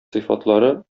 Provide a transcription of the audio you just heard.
сыйфатлары